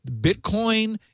Bitcoin